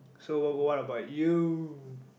so wh~ what about you